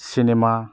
cinema